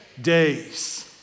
days